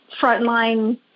frontline